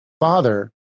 father